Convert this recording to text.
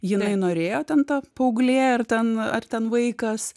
jinai norėjo ten ta paauglė ar ten ar ten vaikas